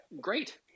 great